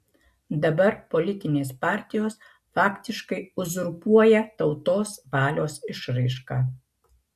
dabar politinės partijos faktiškai uzurpuoja tautos valios išraišką